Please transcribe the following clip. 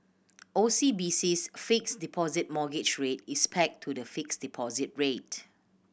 O C B C's Fixed Deposit Mortgage Rate is pegged to the fixed deposit rate